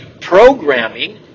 programming